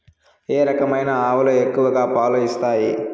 ఏ రకమైన ఆవులు ఎక్కువగా పాలు ఇస్తాయి?